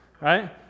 right